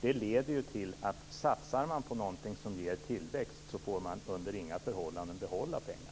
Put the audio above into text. Det innebär ju att om man satsar på någonting som ger tillväxt, får man under inga förhållanden behålla pengarna.